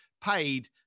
paid